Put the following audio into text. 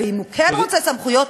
ואם הוא כן רוצה סמכויות,